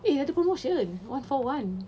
eh ada promotion one for one